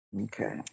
Okay